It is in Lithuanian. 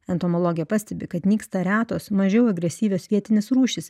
entomologė pastebi kad nyksta retos mažiau agresyvios vietinės rūšys